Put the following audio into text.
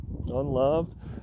unloved